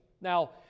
Now